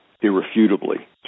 irrefutably